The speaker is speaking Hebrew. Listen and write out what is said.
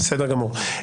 בסדר גמור.